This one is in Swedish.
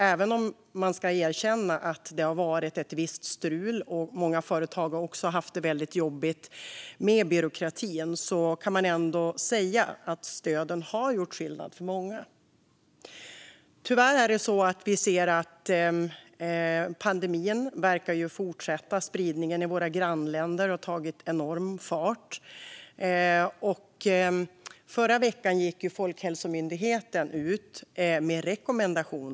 Även om man ska erkänna att det har varit ett visst strul - och många företag har också haft det väldigt jobbigt med byråkratin - kan man säga att stöden har gjort skillnad för många. Tyvärr ser vi att pandemin verkar fortsätta. Spridningen i våra grannländer har tagit enorm fart. I förra veckan gick Folkhälsomyndigheten ut med rekommendationer.